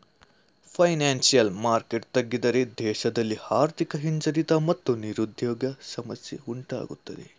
financial market ತಗ್ಗಿದ್ರೆ ದೇಶದಲ್ಲಿ ಆರ್ಥಿಕ ಹಿಂಜರಿತ ಮತ್ತು ನಿರುದ್ಯೋಗ ಸಮಸ್ಯೆ ಉಂಟಾಗತ್ತದೆ